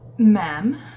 Ma'am